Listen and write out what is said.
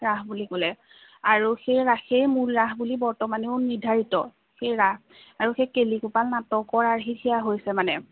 ৰাস বুলি ক'লে আৰু সেই ৰাসেই মূল ৰাস বুলি বৰ্তমানেও নিৰ্ধাৰিত সেই ৰাস আৰু সেই কেলিগোপাল নাটকৰ আৰ্হিত সেয়া হৈছে মানে